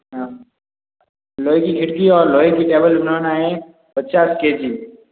हाँ लोहे की खिड़की और लोहे की टेबल बनाना है पचास के जी